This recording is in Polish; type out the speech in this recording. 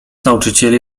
nauczycieli